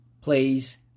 please